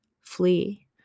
flee